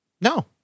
No